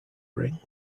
ring